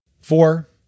Four